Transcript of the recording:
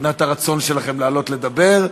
מבחינת הרצון שלכם לעלות לדבר.